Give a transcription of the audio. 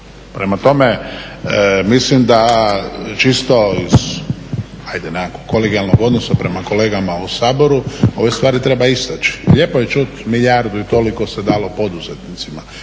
Prema tome mislim da čisto iz ajde nekakvog kolegijalnog odnosa prema kolegama u Saboru ove stvari treba istaći. Lijepo je čuti milijardu i toliko se dalo poduzetnicima,